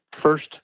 first